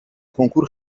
کنکور